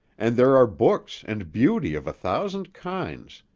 and there are books and beauty of a thousand kinds,